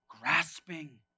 grasping